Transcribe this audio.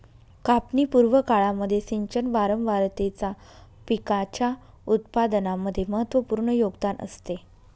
कापणी पूर्व काळामध्ये सिंचन वारंवारतेचा पिकाच्या उत्पादनामध्ये महत्त्वपूर्ण योगदान असते